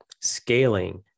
scaling